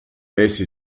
essi